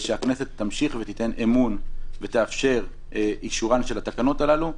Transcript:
לא ראוי שהכנסת תמשיך ותיתן אמון ותאפשר אישורן של התקנות הללו,